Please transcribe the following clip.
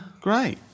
great